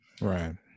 Right